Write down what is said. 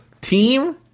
team